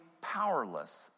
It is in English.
powerless